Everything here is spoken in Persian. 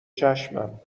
چشمم